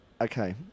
Okay